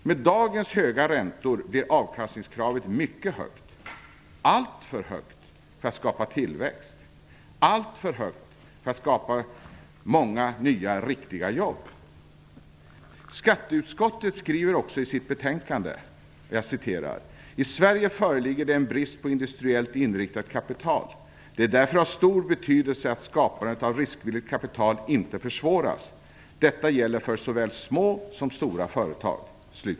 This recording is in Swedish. Med dagens höga räntor blir avkastningskravet mycket högt - alltför högt för att skapa tillväxt, alltför högt för att skapa många nya riktiga jobb. Skatteutskottet skriver också i sitt betänkande: "I Sverige föreligger det en brist på industriellt inriktat kapital. Det är därför av stor betydelse att skapandet av riskvilligt kapital inte försvåras. Detta gäller för såväl små som stora företag."